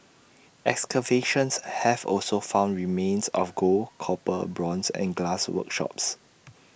excavations have also found remains of gold copper bronze and glass workshops